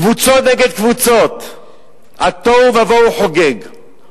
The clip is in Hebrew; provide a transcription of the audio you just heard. קבוצות נגד קבוצות, התוהו ובוהו חוגג.